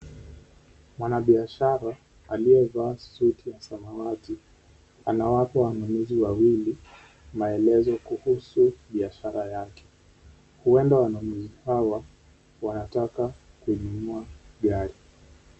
Mwanabiashara aliyevaa suti ya samawati anawapa wanunuzi wawili maelezo kuhusu biashara yake. Huenda wanunuzi hawa wanataka kuinunua gari.